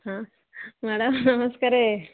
ହଁ ମ୍ୟାଡ଼ାମ ନମସ୍କାର